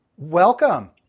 Welcome